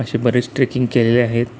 असे बरेच ट्रेकिंग केले आहेत